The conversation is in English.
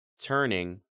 turning